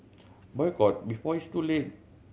boycott before it's too late